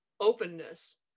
openness